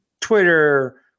Twitter